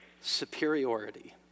superiority